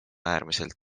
äärmiselt